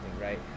right